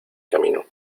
camino